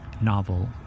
novel